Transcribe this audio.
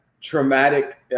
traumatic